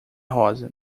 rosa